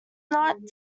not